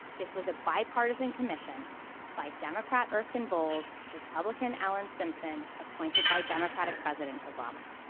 this was a bipartisan commission by democrat erskine bowles, republican alan simpson, appointed by democratic president obama.